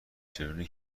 چرونی